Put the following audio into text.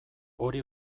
hori